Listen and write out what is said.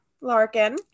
larkin